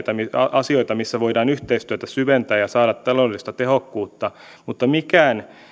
asioita missä voidaan yhteistyötä syventää ja saada taloudellista tehokkuutta mutta mikään